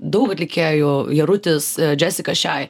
daug atlikėjų jarutis džesika šiai